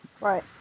Right